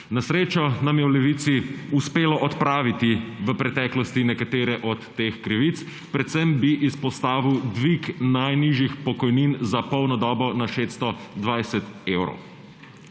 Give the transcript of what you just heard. Na srečo nam je v Levici uspelo odpraviti v preteklosti nekatere od teh krivic. Predvsem bi izpostavil dvig najnižjih pokojnin za polno dobo na 620 evrov.